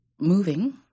Moving